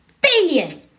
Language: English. billion